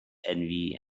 envy